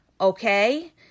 okay